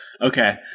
Okay